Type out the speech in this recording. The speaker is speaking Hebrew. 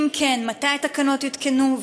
2. אם כן, מתי התקנות יותקנו?